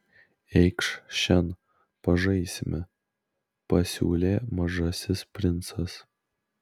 eikš šen pažaisime pasiūlė mažasis princas